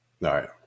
right